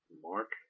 Mark